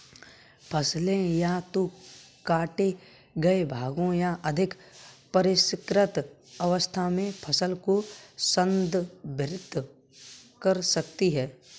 फसलें या तो काटे गए भागों या अधिक परिष्कृत अवस्था में फसल को संदर्भित कर सकती हैं